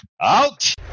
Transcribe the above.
Out